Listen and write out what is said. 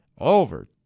over